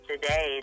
today